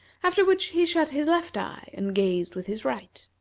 after which he shut his left eye and gazed with his right.